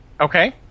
Okay